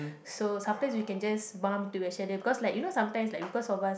so sometimes we can just bump into each other because like you know sometimes like because of us